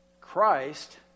Christ